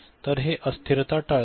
तर हे अस्थिरता टाळते